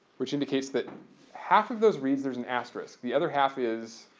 which indicates that half of those reads there's an asterisk, the other half is?